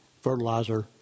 fertilizer